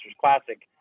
Classic